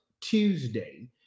Tuesday